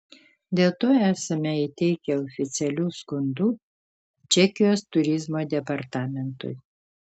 dėl to esame įteikę oficialių skundų čekijos turizmo departamentui